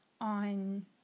on